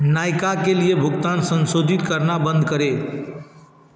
नायका के लिए भुगतान संसोधित करना बंद करें